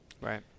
Right